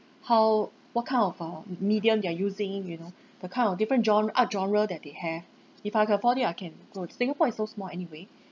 how what kind of um medium they're using you know the kind of different genre art genre that they have if I could afford it I can go singapore is so small anyway